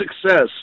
success